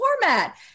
format